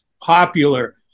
popular